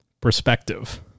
perspective